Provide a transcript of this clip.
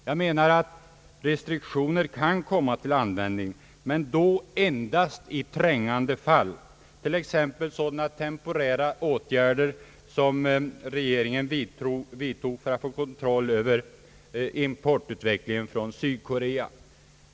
Jag menar att restriktioner kan komma till användning men då endast i trängande fall, t.ex. sådana temporära åtgärder som regeringen vidtog för att få kontroll över importutvecklingen från Sydkorea.